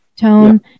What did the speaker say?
tone